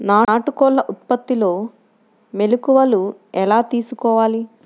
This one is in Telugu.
నాటుకోళ్ల ఉత్పత్తిలో మెలుకువలు ఎలా తెలుసుకోవాలి?